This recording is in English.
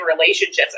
relationships